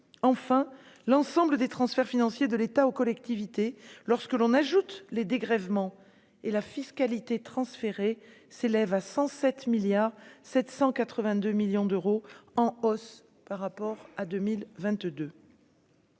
enfin l'ensemble des transferts financiers de l'État aux collectivités, lorsque l'on ajoute les dégrèvements et la fiscalité transférée s'élève à 107 milliards 700 82 millions d'euros, en hausse par rapport à 2022.